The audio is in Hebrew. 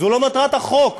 זו לא מטרת החוק.